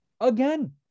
again